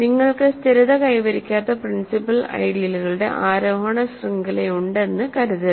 നിങ്ങൾക്ക് സ്ഥിരത കൈവരിക്കാത്ത പ്രിൻസിപ്പൽ ഐഡയലുകളുടെ ആരോഹണ ശൃംഖലയുണ്ടെന്ന് കരുതരുത്